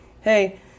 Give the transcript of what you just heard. Hey